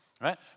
Right